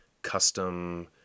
custom